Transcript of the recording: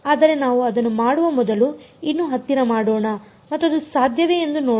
ಆದರೆ ನಾವು ಅದನ್ನು ಮಾಡುವ ಮೊದಲು ಇನ್ನು ಹತ್ತಿರ ಮಾಡೋಣ ಮತ್ತು ಅದು ಸಾಧ್ಯವೇ ಎಂದು ನೋಡೋಣ